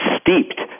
steeped